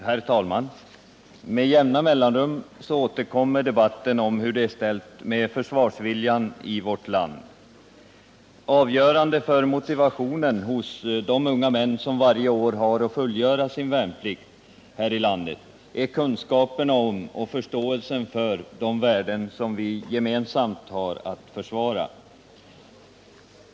Herr talman! Med jämna mellanrum återkommer debatten om hur det är ställt med försvarsviljan i vårt land. Avgörande för motivationen hos de unga män som varje år har att fullgöra sin värnplikt här i landet är kunskaperna om och förståelsen för de värden vi gemensamt har att försvara.